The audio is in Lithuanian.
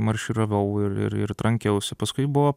marširavau ir ir ir trankiausi paskui buvo